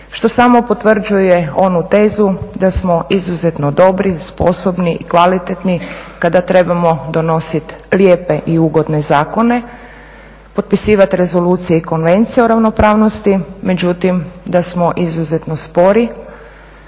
što samo potvrđuje onu tezu da smo izuzetno dobri, sposobni, kvalitetni kada trebamo donosit lijepe i ugodne zakone, potpisivat rezolucije i konvencije o ravnopravnosti, međutim da smo izuzetno spori